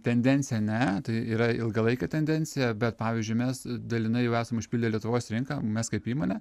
tendencija ne tai yra ilgalaikė tendencija bet pavyzdžiui mes dalinai jau esame užpildę lietuvos rinką mes kaip įmonė